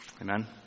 Amen